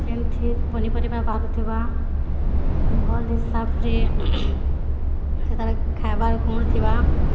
ଯେମିତି ପନିପରିବା ବାହାରୁଥିବା ଭଲ ଖାଇବାର୍ ଗୁଣ ଥିବା ଯେଉଁଥିରେ ପନିପରିବା ବାହାରୁଥିବା